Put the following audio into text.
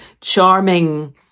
charming